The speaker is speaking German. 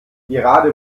gerade